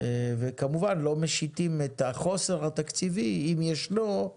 וכמובן לא משיתים את החוסר התקציבי, אם ישנו,